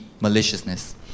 maliciousness